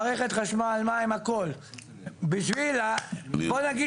בוא נגיד